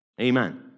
amen